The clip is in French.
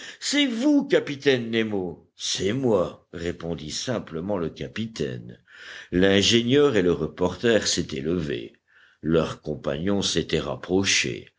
c'est vous capitaine nemo c'est moi répondit simplement le capitaine l'ingénieur et le reporter s'étaient levés leurs compagnons s'étaient rapprochés